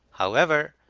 however,